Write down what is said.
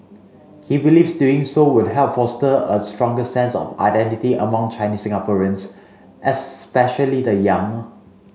he believes doing so would help foster a stronger sense of identity among Chinese Singaporeans especially the young